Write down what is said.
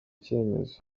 cyemezo